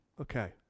okay